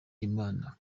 imana